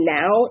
now